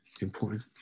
important